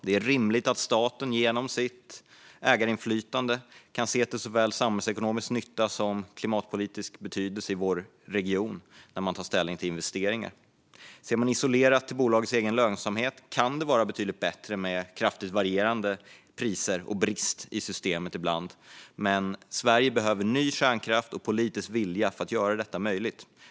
Det är rimligt att staten genom sitt ägarinflytande kan se till såväl samhällsekonomisk nytta som klimatpolitisk betydelse i vår region när man tar ställning till investeringar. Ser man isolerat till bolagets egen lönsamhet kan det vara betydligt bättre med kraftigt varierande priser och brist i systemet ibland. Men Sverige behöver ny kärnkraft och politisk vilja för att göra detta möjligt.